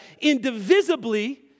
indivisibly